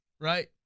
right